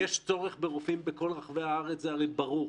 יש צורך ברופאים בכל רחבי הארץ, זה הרי ברור,